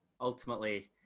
ultimately